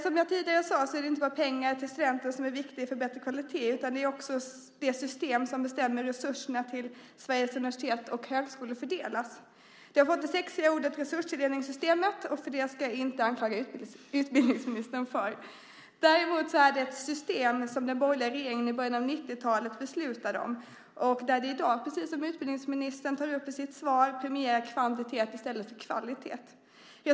Som jag tidigare sade är det inte bara pengarna till studenterna som är viktiga för kvaliteten, utan också det system som bestämmer hur resurserna till Sveriges universitet och högskolor fördelas. Det har fått det sexiga namnet "resurstilldelningssystemet", och det ska jag inte anklaga utbildningsministern för. Men det var den borgerliga regeringen i början av 90-talet som beslutade om systemet. I dag premierar det kvantitet i stället för kvalitet, precis som utbildningsministern säger i sitt svar.